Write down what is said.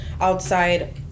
outside